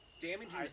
Damaging